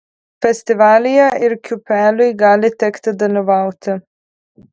festivalyje ir kiūpeliui gali tekti dalyvauti